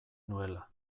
nuela